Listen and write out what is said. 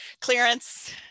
clearance